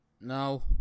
No